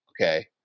okay